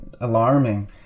alarming